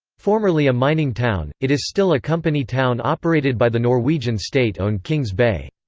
formerly a mining town, it is still a company town operated by the norwegian state-owned kings bay.